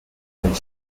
and